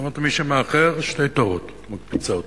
זאת אומרת, מי שמאחר, שני תורים את מקפיצה אותו.